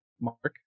Mark